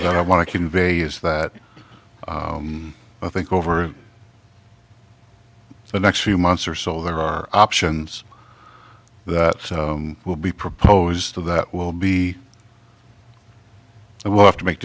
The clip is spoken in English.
that i want to convey is that i think over the next few months or so there are options that will be proposed to that will be i will have to make